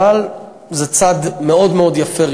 אבל זה צעד ראשוני מאוד מאוד יפה.